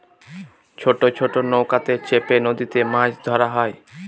ছোট ছোট নৌকাতে চেপে নদীতে মাছ ধরা হয়